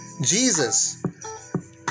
Jesus